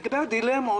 לגבי הדילמות,